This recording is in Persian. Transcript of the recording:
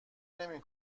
نمی